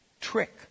trick